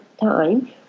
time